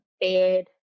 bed